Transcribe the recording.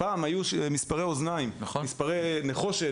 פעם היו מספרי נחושת וסימוני אוזניים,